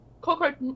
Cockroach